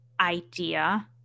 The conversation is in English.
idea